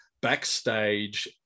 backstage